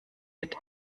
wird